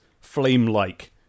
flame-like